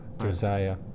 Josiah